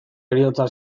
heriotza